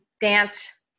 dance